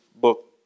book